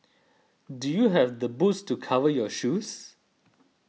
do you have the boots to cover your shoes